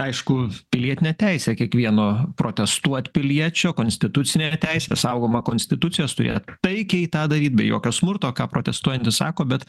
aišku pilietinė teisė kiekvieno protestuot piliečio konstitucinė teisė saugoma konstitucijos turėt taikiai tą daryt be jokio smurto ką protestuojantys sako bet